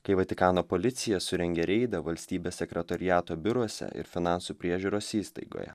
kai vatikano policija surengė reidą valstybės sekretoriato biuruose ir finansų priežiūros įstaigoje